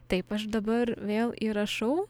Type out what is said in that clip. taip aš dabar vėl įrašau